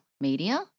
media